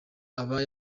aba